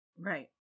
Right